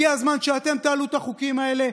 הגיע הזמן שאתם תעלו את החוקים האלה,